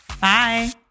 Bye